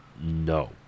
No